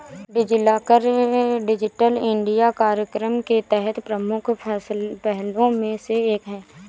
DigiLocker digital India कार्यक्रम के तहत प्रमुख पहलों में से एक है